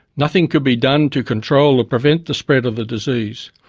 nothing could be done to control or prevent the spread of the disease.